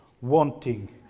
wanting